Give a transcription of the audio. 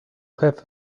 have